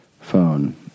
phone